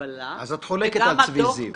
את חולקת על צבי זיו.